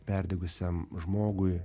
perdegusiam žmogui